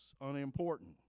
unimportant